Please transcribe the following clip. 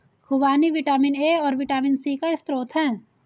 खूबानी vitamin A और vitamin C का स्रोत है